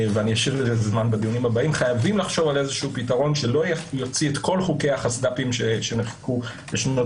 שלא יוציא את כל חוקי החסד"פים שנחקקו בשנות